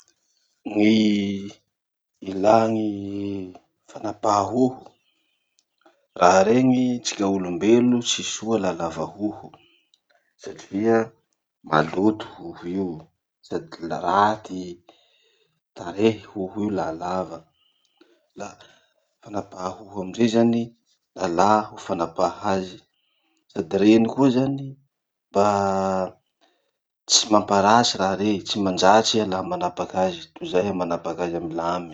Gny ilà gny fanapaha hoho. Raha regny tsika olombelo tsy soa laha lava hoho satria maloto hoho io sady la raty tarehy hoho io laha lava. La fanapaha hoho amizay alà ho fanapaha azy, sady reny koa zany mba tsy mamparatsy raha rey, tsy mandratsy iha laha manapaky azy tozay iha manapak'azy amy lamy.